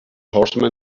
horseman